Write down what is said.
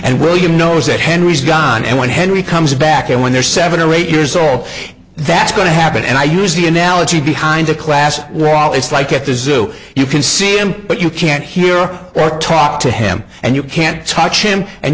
and william knows that henry's gone and when henry comes back and when they're seven or eight years old that's going to happen and i use the analogy behind a classic raul it's like at the zoo you can see him but you can't hear your talk to him and you can't touch him and